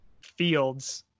fields –